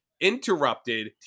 interrupted